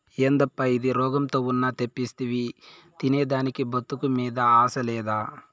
యేదప్పా ఇది, రోగంతో ఉన్న తెప్పిస్తివి తినేదానికి బతుకు మీద ఆశ లేదా